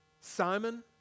Simon